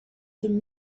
about